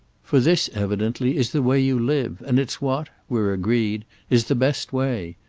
for this evidently is the way you live, and it's what we're agreed is the best way.